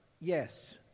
yes